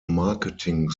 marketing